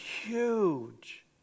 huge